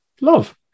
Love